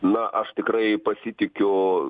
na aš tikrai pasitikiu